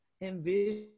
envision